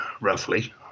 roughly